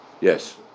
Yes